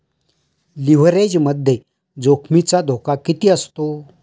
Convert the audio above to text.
लिव्हरेजमध्ये जोखमीचा धोका किती असतो?